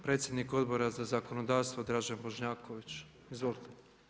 Predsjednik Odbora za zakonodavstvo Dražen Bošnjaković, izvolite.